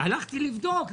הלכתי לבדוק,